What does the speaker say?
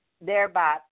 thereby